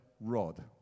rod